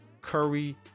Curry